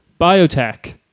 Biotech